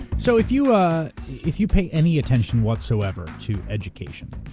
so if you ah if you pay any attention whatsoever to education,